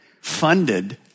funded